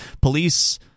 Police